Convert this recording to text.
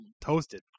toasted